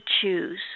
choose